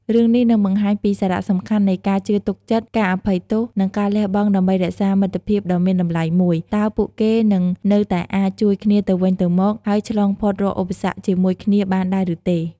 រឿងនេះនឹងបង្ហាញពីសារៈសំខាន់នៃការជឿទុកចិត្ត ការអភ័យទោស និងការលះបង់ដើម្បីរក្សាមិត្តភាពដ៏មានតម្លៃមួយ តើពួកគេនឹងនៅតែអាចជួយគ្នាទៅវិញទៅមក ហើយឆ្លងផុតរាល់ឧបសគ្គជាមួយគ្នាបានដែរឬទេ?